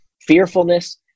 fearfulness